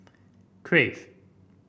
Crave